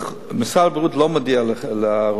משרד הבריאות לא מודיע לרופאים.